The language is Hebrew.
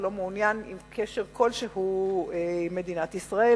שהוא לא מעוניין בקשר כלשהו עם מדינת ישראל,